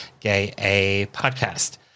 gayapodcast